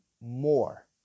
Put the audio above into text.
more